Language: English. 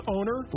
Owner